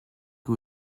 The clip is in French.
que